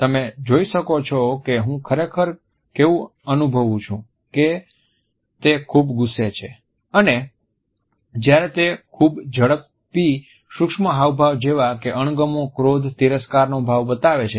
તમે જોઈ શકો છો કે હું ખરેખર કેવું અનુભવું છું કે તે ખૂબ ગુસ્સે છે અને જ્યારે તે ખૂબ જ ઝડપી સૂક્ષ્મ હાવભાવ જેવા કે અણગમો ક્રોધ તિરસ્કારનો ભાવ બતાવે છે